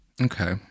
okay